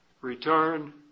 return